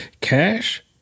cash